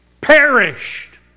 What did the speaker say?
perished